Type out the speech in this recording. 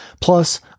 Plus